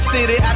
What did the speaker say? City